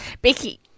Becky